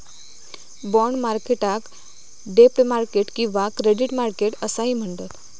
bond मार्केटाक डेब्ट market किंवा क्रेडिट मार्केट असाही म्हणतत